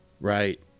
right